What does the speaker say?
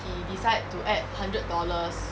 he decided to add hundred dollars